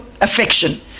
affection